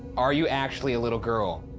are you actually a little girl?